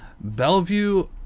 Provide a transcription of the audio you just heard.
bellevue